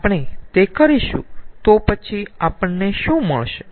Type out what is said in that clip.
તેથી જો આપણે તે કરીશું તો પછી આપણને શું મળશે